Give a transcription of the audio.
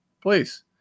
Please